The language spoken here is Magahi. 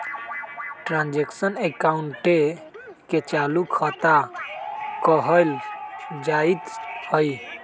ट्रांजैक्शन अकाउंटे के चालू खता कहल जाइत हइ